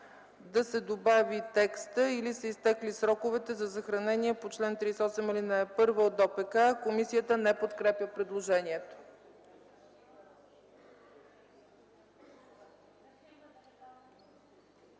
да се добави текстът „или са изтекли сроковете за съхранение по чл. 38, ал. 1 от ДОПК”. Комисията не подкрепя предложението.